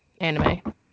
anime